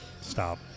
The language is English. Stop